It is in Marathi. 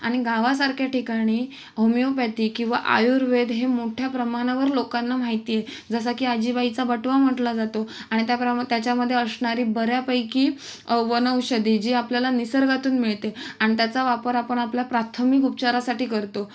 आणि गावासारख्या ठिकाणी होमिओपॅथी किंवा आयुर्वेद हे मोठ्या प्रमाणावर लोकांना माहिती आहे जसं की आजीबाईचा बटवा म्हटला जातो आणि त्या प्रमा त्याच्यामध्ये असणारी बऱ्यापैकी वनौषधी जी आपल्याला निसर्गातून मिळते आणि त्याचा वापर आपण आपला प्राथमिक उपचारासाठी करतो